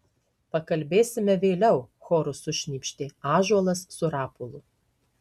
pakalbėsime vėliau choru sušnypštė ąžuolas su rapolu